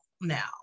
now